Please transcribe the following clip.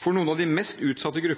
For noen av de mest utsatte